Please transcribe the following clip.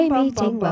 meeting